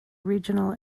regional